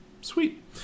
Sweet